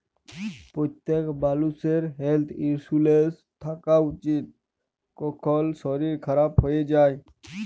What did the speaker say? প্যত্তেক মালুষের health insurance থ্যাকা উচিত, কখল শরীর খারাপ হয়ে যায়